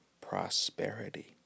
prosperity